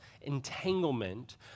entanglement